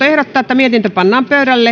ehdottanut että pykälä